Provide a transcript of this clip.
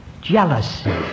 jealousy